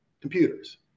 computers